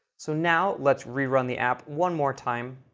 so now let's rerun the app one more time.